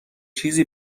چیزی